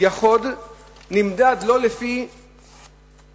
נמדד לא לפי